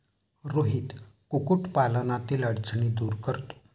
रोहित कुक्कुटपालनातील अडचणी दूर करतो